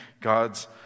God's